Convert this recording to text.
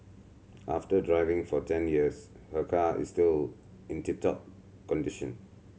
after driving for ten years her car is still in tip top condition